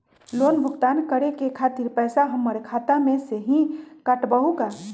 Loan भुगतान करे के खातिर पैसा हमर खाता में से ही काटबहु का?